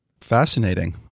Fascinating